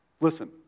Listen